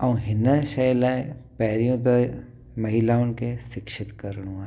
ऐं हिन शइ लाइ पहिरियों त महिलाउनि खे शिक्षित करिणो आहे